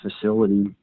facility